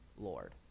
lord